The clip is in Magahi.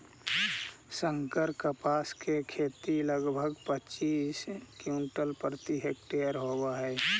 संकर कपास के खेती लगभग पच्चीस क्विंटल प्रति हेक्टेयर होवऽ हई